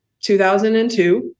2002